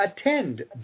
attend